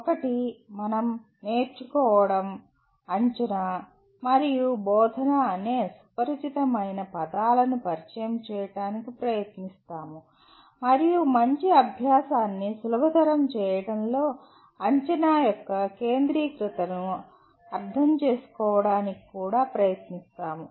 ఒకటి మనం "నేర్చుకోవడం" "అంచనా" మరియు "బోధన" అనే సుపరిచితమైన పదాలను పరిచయం చేయడానికి ప్రయత్నిస్తాము మరియు "మంచి అభ్యాసాన్ని" సులభతరం చేయడంలో అంచనా యొక్క కేంద్రీకృతతను అర్థం చేసుకోవడానికి కూడా ప్రయత్నిస్తాము